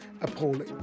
appalling